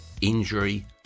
injury